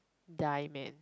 die man